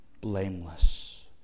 blameless